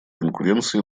конкуренции